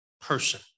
person